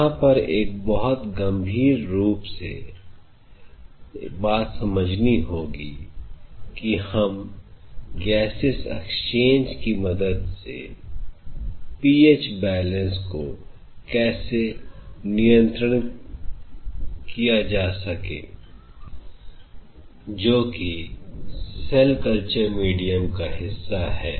यहां पर एक बात बहुत गंभीर रूप से समझनी होगी कि हम GASEOUS EXCHANGE की मदद से pH BALANCE को कैसे नियंत्रण किया जाए जोकि CELL CULTURE MEDIUM का हिस्सा है